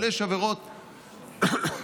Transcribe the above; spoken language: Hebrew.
אבל יש עבירות פעוטות.